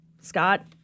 Scott